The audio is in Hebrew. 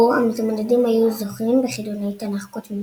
בו המתמודדים היו זוכים בחידוני תנ"ך קודמים.